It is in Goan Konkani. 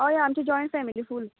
हय हय आमची जोयन्ट फेमिली फूल